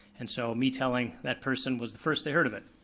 and so me telling that person was the first they heard of it.